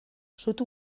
sud